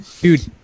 Dude